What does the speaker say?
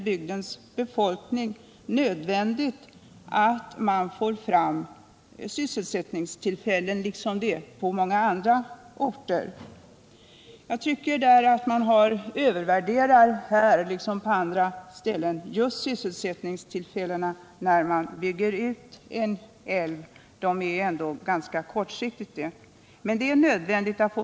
Jag menar att det är nödvändigt att denna bygds befolkning på samma sätt som många andra orter får sysselsättningstillfällen, men jag tycker att man där liksom på annat håll övervärderar just de sysselsättningstillskott som uppstår när man bygger ut en älv. De är ändå ganska kortsiktiga.